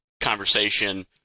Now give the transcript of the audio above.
conversation